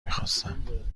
میخواستم